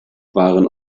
waren